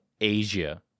Asia